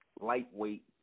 lightweight